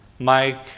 Mike